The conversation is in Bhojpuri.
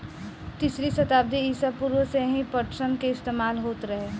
तीसरी सताब्दी ईसा पूर्व से ही पटसन के इस्तेमाल होत रहे